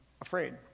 afraid